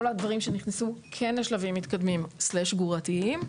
כל הדברים שנכנסו כן לשלבים מתקדמים או גרורתיים,